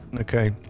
Okay